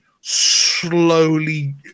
slowly